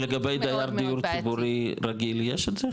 ולגבי דייר דיור ציבורי בגיל יש את זה?